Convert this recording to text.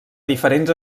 diferents